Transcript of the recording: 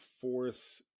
force